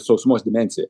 sausumos dimensija